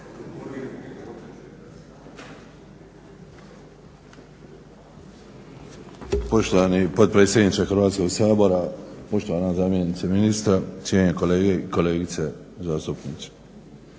Poštovani potpredsjedniče Hrvatskog sabora, poštovana zamjenice ministra, cijenjene kolege i kolegice zastupnici.